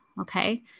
Okay